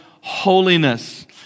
holiness